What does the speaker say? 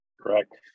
correct